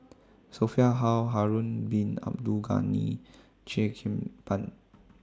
Sophia Hull Harun Bin Abdul Ghani Cheo Kim Ban